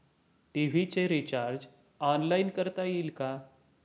TV चे recharge online करता येईल का?